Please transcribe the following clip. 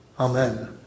Amen